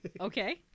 Okay